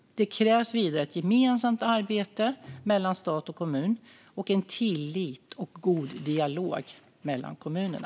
Det krävs vidare ett gemensamt arbete mellan stat och kommun och en tillit och god dialog mellan kommunerna.